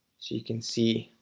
she can see